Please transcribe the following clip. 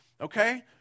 Okay